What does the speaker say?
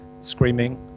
screaming